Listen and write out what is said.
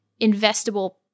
investable